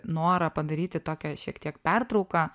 norą padaryti tokią šiek tiek pertrauką